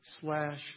slash